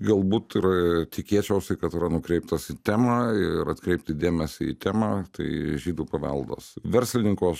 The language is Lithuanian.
galbūt yra tikėčiausi kad yra nukreiptas į temą ir atkreipkit dėmesį į temą tai žydų paveldas verslininku aš